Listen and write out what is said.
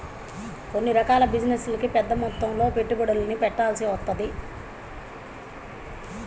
కొన్ని రకాల బిజినెస్లకి పెద్దమొత్తంలో పెట్టుబడుల్ని పెట్టాల్సి వత్తది